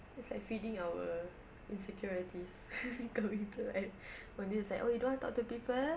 it's like feeding our insecurities computer act one day it's like oh you don't want to talk to people